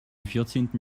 vierzehnten